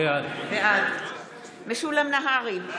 בעד משולם נהרי,